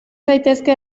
zaitezke